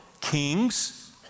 kings